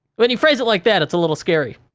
when you phrase it like that, it's a little scary.